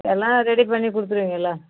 எல்லாம் ரெடி பண்ணி கொடுத்துருவீங்கள்ல